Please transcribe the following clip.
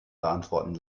beantworten